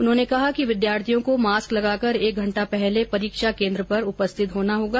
उन्होंने कहा कि विद्यार्थियों को मास्क लगाकर एक घंटा पहले परीक्षा केंद्र पर उपस्थित होना होगा